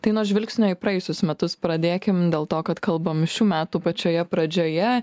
tai nuo žvilgsnio į praėjusius metus pradėkim dėl to kad kalbam šių metų pačioje pradžioje